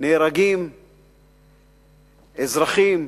נהרגים אזרחים,